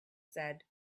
said